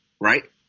right